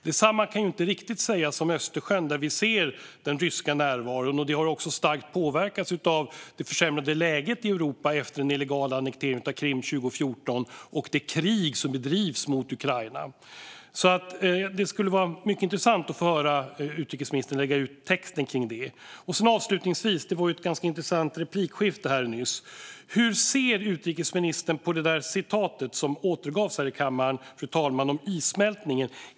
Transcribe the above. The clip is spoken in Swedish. Detsamma kan inte riktigt sägas om Östersjön, där vi ser den ryska närvaron. Situationen har också starkt påverkats av det försämrade läget i Europa efter den illegala annekteringen av Krim 2014 och det krig som bedrivs mot Ukraina. Det skulle vara mycket intressant att höra utrikesministern lägga ut texten kring detta. Avslutningsvis: Det var ju ett ganska intressant replikskifte nyss. Hur ser utrikesministern på det där citatet som återgavs här i kammaren om issmältningen?